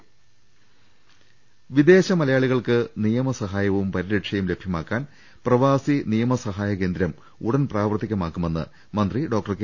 രുട്ട്ട്ട്ട്ട്ട്ട്ട്ട വിദേശ മലയാളികൾക്ക് നിയമസഹായവും പരിരക്ഷയും ലഭൃമാക്കാൻ പ്രവാസി നിയമസഹായ കേന്ദ്രം ഉടൻ പ്രാവർത്തികമാക്കുമെന്ന് മന്ത്രി ഡോക്ടർ കെ